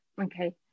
Okay